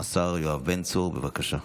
השר יואב בן צור, בבקשה,